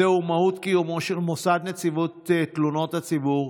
זוהי מהות קיומו של מוסד תלונות הציבור,